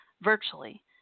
virtually